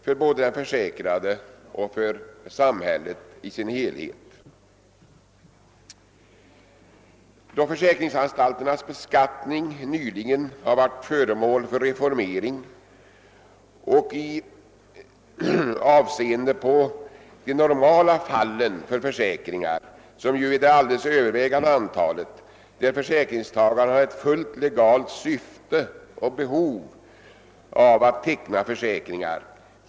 Av vad ovan anförts framgår att utskottet för sin del anser att nuvarande regler för beskattning av frivilliga försäkringar bör bli föremål för omprövning. Utskottet förordar därför att en utredning tillsätts med uppgift att överse bestämmelserna om beskattningen av såväl P som K-försäkringar.